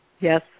Yes